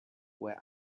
where